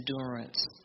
endurance